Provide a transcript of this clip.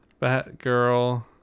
Batgirl